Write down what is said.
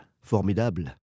Formidable